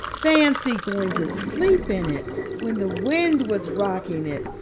fancy going to sleep in it when the wind was rocking it.